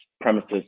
premises